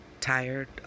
Tired